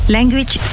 Language